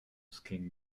skin